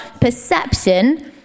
perception